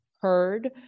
heard